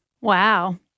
Wow